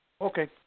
Okay